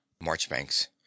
Marchbanks